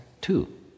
two